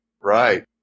Right